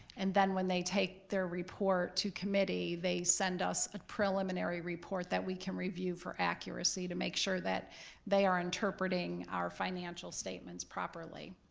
and then when they take their report to committee, they send us a preliminary report that we can review for accuracy to make sure that they are interpreting our financial statements properly.